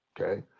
Okay